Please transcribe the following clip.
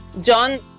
john